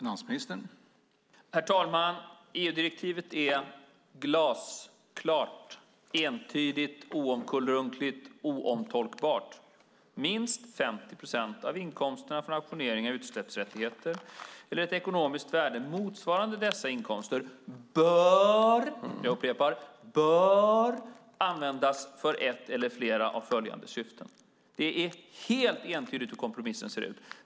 Herr talman! EU-direktivet är glasklart, entydigt, oomkullrunkeligt och oomtolkbart: Minst 50 procent av inkomsterna från auktioneringen av utsläppsrättigheter, eller ett ekonomiskt värde motsvarande dessa inkomster, bör - jag upprepar bör - användas för ett eller flera av följande syften. Det är helt entydigt hur kompromissen ser ut.